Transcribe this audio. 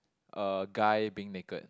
a guy being naked